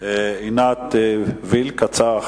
עינת וילף, הצעה אחרת,